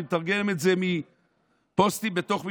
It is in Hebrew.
אני מתרגם את זה מפוסטים בתוך מפלגה,